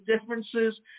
differences